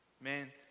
Man